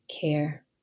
care